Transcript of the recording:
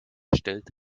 stellt